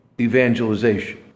evangelization